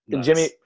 Jimmy